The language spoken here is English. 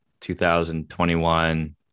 2021